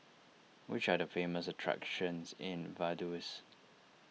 which are the famous attractions in Vaduz